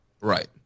Right